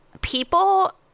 People